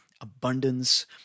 abundance